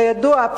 כידוע,